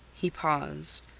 he paused.